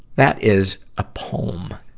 that is a poem